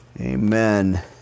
Amen